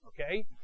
Okay